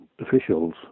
officials